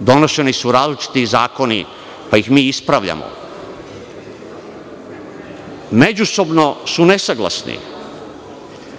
Donošeni su različiti zakoni, pa ih mi ispravljamo. Međusobno su nesaglasni. Ako